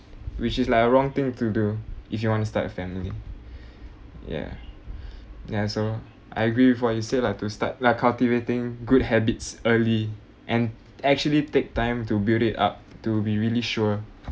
which is like a wrong thing to do if you want to start a family ya ya so I agree with what you said lah to start like cultivating good habits early and actually take time to build it up to be really sure